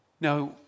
Now